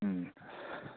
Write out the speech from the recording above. ꯎꯝ